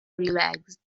relaxed